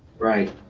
right.